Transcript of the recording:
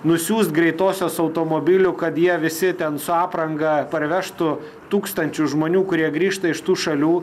nusiųst greitosios automobilių kad jie visi ten su apranga parvežtų tūkstančius žmonių kurie grįžta iš tų šalių